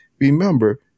remember